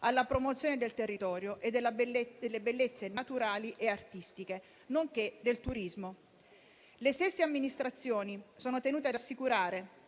della promozione del territorio e delle bellezze naturali e artistiche, nonché del turismo. Le stesse amministrazioni sono tenute ad assicurare